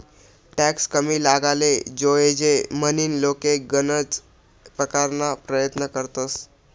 tax कमी लागाले जोयजे म्हनीन लोके गनज परकारना परयत्न करतंस